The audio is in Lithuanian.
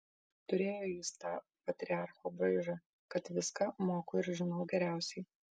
turėjo jis tą patriarcho braižą kad viską moku ir žinau geriausiai